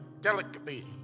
delicately